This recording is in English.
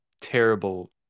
Terrible